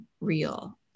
real